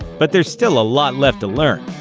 but there's still a lot left to learn.